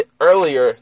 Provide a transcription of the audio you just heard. earlier